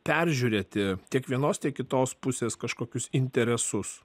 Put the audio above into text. peržiūrėti tiek vienos tiek kitos pusės kažkokius interesus